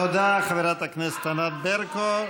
תודה, חברת הכנסת ענת ברקו.